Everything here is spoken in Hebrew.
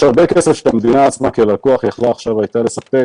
יש הרבה כסף שהמדינה עצמה כלקוח הייתה יכולה עכשיו לספק